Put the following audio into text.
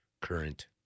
Current